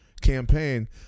campaign